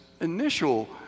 initial